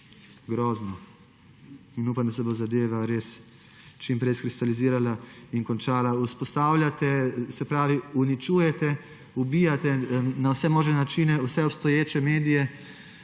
grozno! In upam, da se bo zadeva res čim prej skristalizirala in končala. Uničujete, ubijate na vse možne načine vse obstoječe medije,